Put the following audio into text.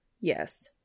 Yes